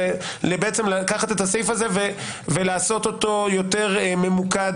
בעצם לקחת את הסעיף הזה ולעשות אותו יותר ממוקד